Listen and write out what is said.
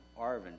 Arvin